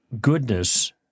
goodness